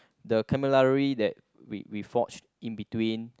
the cavalry that we we forged in between